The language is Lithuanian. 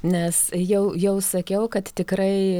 nes jau jau sakiau kad tikrai